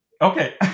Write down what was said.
Okay